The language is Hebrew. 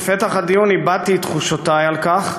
בפתח הדיון הבעתי את תחושותי על כך